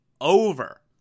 over